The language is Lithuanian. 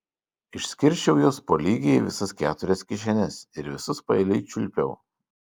išskirsčiau juos po lygiai į visas keturias kišenes ir visus paeiliui čiulpiau